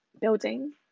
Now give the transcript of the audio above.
building